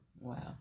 Wow